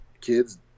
kids